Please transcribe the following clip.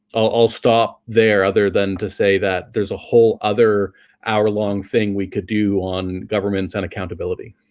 i'll stop there other than to say that there's a whole other hour-long thing we could do on governments and accountability.